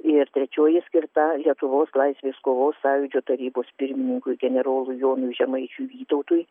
ir trečioji skirta lietuvos laisvės kovos sąjūdžio tarybos pirmininkui generolui jonui žemaičiui vytautui